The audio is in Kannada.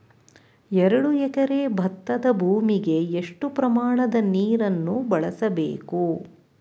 ಎರಡು ಎಕರೆ ಭತ್ತದ ಭೂಮಿಗೆ ಎಷ್ಟು ಪ್ರಮಾಣದ ನೀರನ್ನು ಬಳಸಬೇಕು?